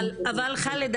אבל חאלד,